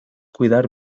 cuidar